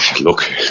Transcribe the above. look